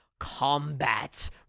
combat